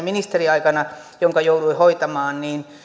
ministeriaikanani jouduin hoitamaan